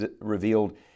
revealed